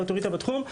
היא אוטוריטה בתחום,